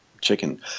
chicken